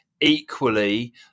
equally